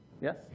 Yes